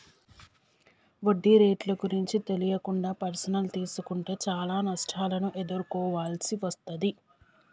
వడ్డీ రేట్లు గురించి తెలియకుండా పర్సనల్ తీసుకుంటే చానా నష్టాలను ఎదుర్కోవాల్సి వస్తది